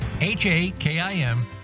H-A-K-I-M